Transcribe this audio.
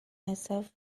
myself